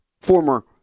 former